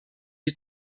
die